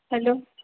hello